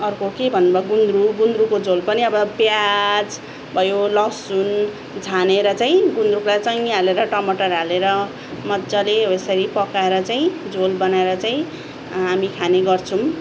अर्को के भन्नु भ गुन्द्रुक गुन्द्रुकको झोल पनि अब प्याज भयो लसुन झानेर चाहिँ गुन्द्रुकलाई च्वाइँय हालेर टमटर हालेर मज्जाले हो यसरी पकाएर चाहिँ झोल बनाएर चाहिँ हामी खाने गर्छौँ